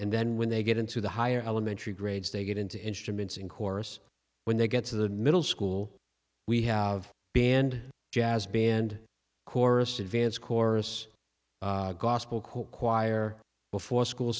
and then when they get into the higher elementary grades they get into instruments in chorus when they get to the middle school we have banned jazz band chorus advance chorus gospel choir before school